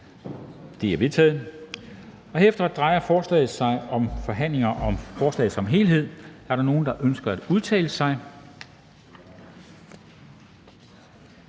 Dam Kristensen): Herefter drejer forhandlingerne sig om forslaget som helhed. Er der nogen, der ønsker at udtale sig?